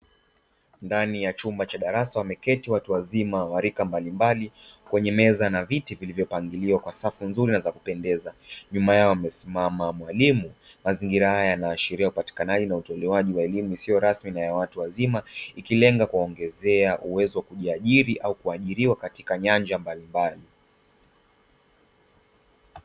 Ndani ya chumba cha darasa, wameketi watu wazima wa rika mbalimbali kwenye meza na viti vilivyopangiliwa kwa safu nzuri za kupendeza, nyuma yao amesimama mwalimu. Mazingira haya yanaashiria upatikanaji na utolewaji wa elimu isiyo rasmi na ya watu wazima, ikilenga kuwaongezea uwezo wa kujiajiri au kuajiriwa katika nyanja mbalimbali.